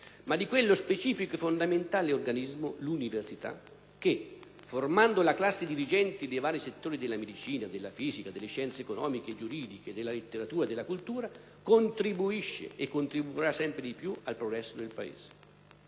ma di quello specifico e fondamentale organismo - l'università - che, formando la classe dirigente nei vari settori della medicina, della fisica, delle scienze economiche e giuridiche, della letteratura e della cultura, contribuisce e contribuirà sempre più al progresso del Paese.